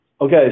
Okay